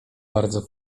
bardzo